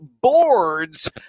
boards